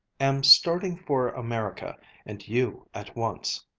am starting for america and you at once.